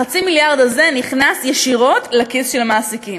חצי המיליארד הזה נכנס ישירות לכיס של המעסיקים.